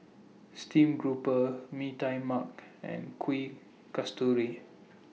Steam Grouper Mee Tai Mak and Kuih Kasturi